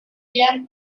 dean